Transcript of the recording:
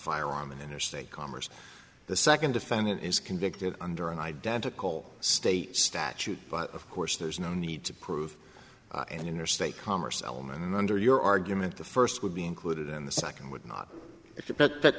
firearm and interstate commerce the second defendant is convicted under an identical state statute but of course there's no need to prove an interstate commerce element and under your argument the first would be included in the second would not expect that th